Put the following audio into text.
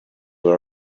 are